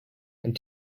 and